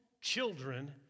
children